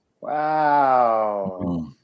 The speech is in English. Wow